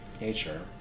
Nature